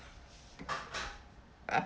uh